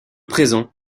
présent